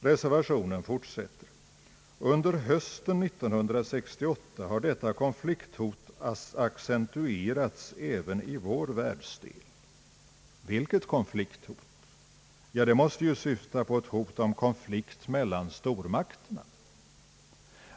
Reservationen fortsätter: »Under hösten 1968 har detta konflikthot accentuerats även i vår världsdel.» Vilket konflikthot? Detta måste ju syfta på hot om konflikt mellan stormakterna.